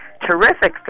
terrific